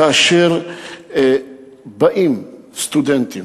כאשר באים סטודנטים,